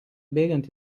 bėgant